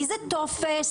איזה טופס,